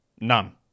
None